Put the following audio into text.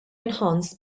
enhanced